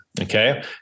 okay